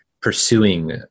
pursuing